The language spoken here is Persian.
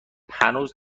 هنوز